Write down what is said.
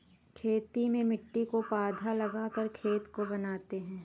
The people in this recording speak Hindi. खेती में मिट्टी को पाथा लगाकर खेत को बनाते हैं?